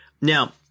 Now